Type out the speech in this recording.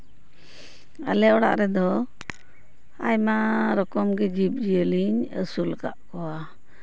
ᱟᱞᱮ ᱚᱲᱟᱜ ᱨᱮᱫᱚ ᱟᱭᱢᱟ ᱨᱚᱠᱚᱢ ᱜᱮ ᱡᱤᱵᱽᱼᱡᱤᱭᱟᱹᱞᱤᱧ ᱟᱹᱥᱩᱞ ᱟᱠᱟᱫ ᱠᱚᱣᱟ